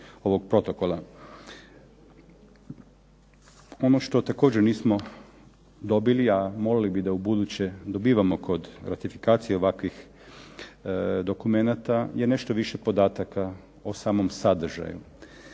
Ono što također nismo dobili, a molili bi da ubuduće dobivamo kod ovakve ratifikacije ovakvih dokumenata je nešto više podataka o samom sadržaju.